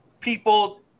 people –